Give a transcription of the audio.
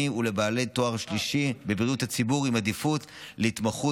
ולבעלי תואר שלישי בבריאות הציבור עם עדיפות להתמחות